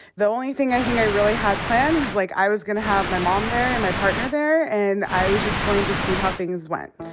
the only thing i think i really had planned was, like, i was gonna have my mom there and my partner there. and i was just going to see how things went.